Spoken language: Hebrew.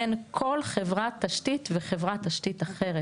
בין כל חברת תשתית וחברת תשתית אחרת.